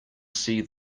see